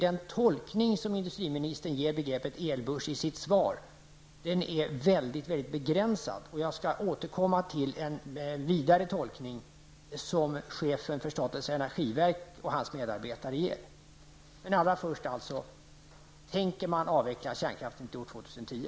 Den innebörd som industriministern i sitt svar ger begreppet elbörs är väldigt begränsad, och jag skall återkomma till en vidare tolkning, som chefen för statens energiverk och hans medarbetare gör. Men allra först: Tänker man avveckla kärnkraften till år 2010?